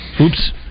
Oops